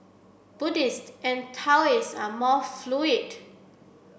Buddhist and Taoists are more fluid